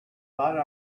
thought